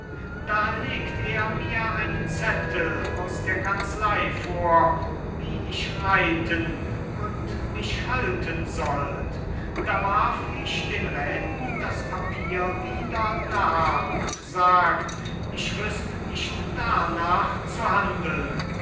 da legt er mir einen zettel aus der kanzlei vor wie ich reiten und mich halten sollt da warf ich den räten das papier wieder dar und sagt ich wüßt nicht darnach zu handlen